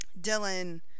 Dylan